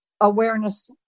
awareness